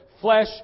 flesh